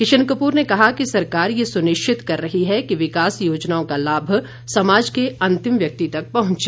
किशन कप्र ने कहा कि सरकार ये सुनिश्चित कर रही है कि विकास योजनाओं का लाभ समाज के अंतिम व्यक्ति तक पहुंचे